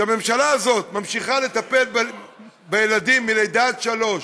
הממשלה הזאת ממשיכה לטפל בילדים מלידה עד שלוש